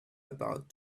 about